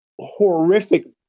horrific